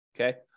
Okay